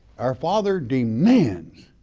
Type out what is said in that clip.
our father demands.